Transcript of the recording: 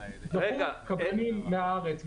קבלנים מהארץ.